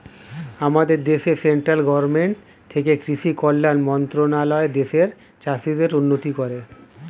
আমাদের দেশে central government থেকে কৃষি কল্যাণ মন্ত্রণালয় দেশের চাষীদের উন্নতি করে